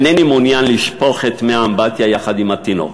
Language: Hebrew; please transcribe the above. אינני מעוניין לשפוך את מי האמבטיה יחד עם התינוק.